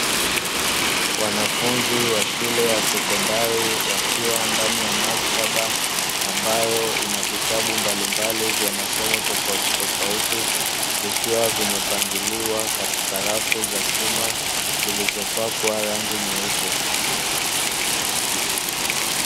Wanafunzi wa shule ya sekondari wakiwa ndani ya maktaba ambayo ina vitabu mbalimbali vya masomo tofauti tofauti, vikiwa vimepangiliwa katika rafu za chuma zilizopakwa rangi nyeupe.